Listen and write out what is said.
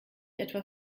etwa